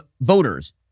voters